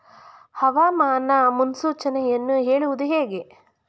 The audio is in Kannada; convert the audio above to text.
ಹವಾಮಾನ ಮುನ್ಸೂಚನೆಯನ್ನು ಹೇಳುವುದು ಹೇಗೆ?